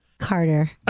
Carter